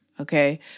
okay